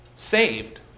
saved